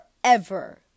forever